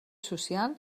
social